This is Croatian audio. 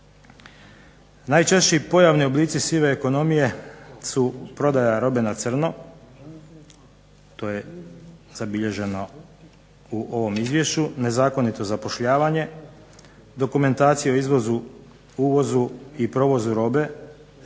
Najčešći pojavni oblici sive ekonomije su prodaja robe na crno, to je zabilježeno u ovom izvješću, nezakonito zapošljavanje, dokumentacija o izvozu, uvozu i provozu robe,